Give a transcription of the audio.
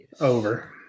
Over